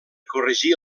corregir